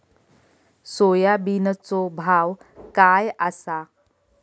सोयाबीनचो भाव काय आसा?